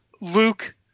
luke